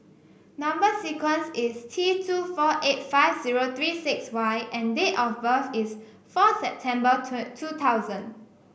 number sequence is T two four eight five zero three six Y and date of birth is fourth September two thousand